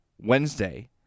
Wednesday